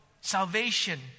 salvation